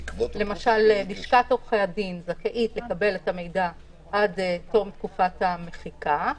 למשל לשכת עורכי הדין זכאית לקבל את המידע עד תום תקופת המחיקה.